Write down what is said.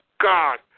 God